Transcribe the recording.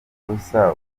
kosa